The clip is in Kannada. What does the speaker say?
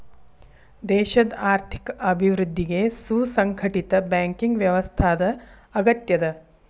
ದೇಶದ್ ಆರ್ಥಿಕ ಅಭಿವೃದ್ಧಿಗೆ ಸುಸಂಘಟಿತ ಬ್ಯಾಂಕಿಂಗ್ ವ್ಯವಸ್ಥಾದ್ ಅಗತ್ಯದ